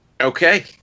okay